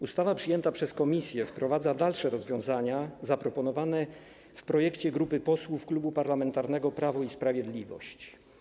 Ustawa przyjęta przez komisję wprowadza dalsze rozwiązania zaproponowane w projekcie grupy posłów Klubu Parlamentarnego Prawo i Sprawiedliwość.